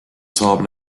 saab